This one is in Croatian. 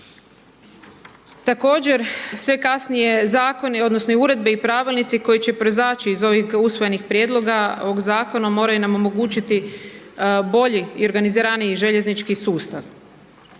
Također sve kasnije zakone odnosno i uredbe i pravilnici koji će proizaći iz ovih usvojenih prijedloga zakonom moraju nam omogućiti bolji i organiziraniji željeznički sustav.